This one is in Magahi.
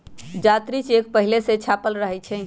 जात्री चेक पहिले से छापल रहै छइ